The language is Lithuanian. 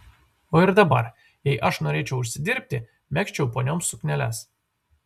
o ir dabar jei aš norėčiau užsidirbti megzčiau ponioms sukneles